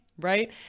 right